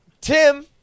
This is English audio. Tim